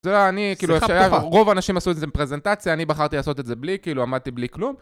שיחה פתוחה, רוב האנשים עשו את זה עם פרזנטציה, אני בחרתי לעשות את זה בלי, כאילו עמדתי בלי כלום.